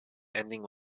ending